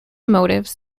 motives